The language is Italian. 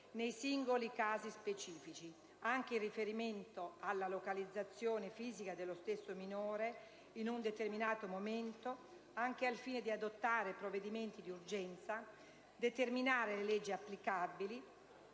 nei singoli casi specifici, anche in riferimento alla localizzazione fisica dello stesso minore in un determinato momento, anche al fine di adottare provvedimenti di urgenza, determinare le leggi applicabili,